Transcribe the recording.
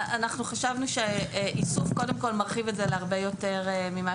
אנחנו חשבנו שאיסוף מרחיב את זה להרבה יותר ממה